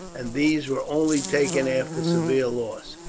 and these were only taken after severe loss,